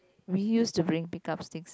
we used to bring pick up sticks